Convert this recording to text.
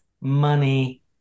money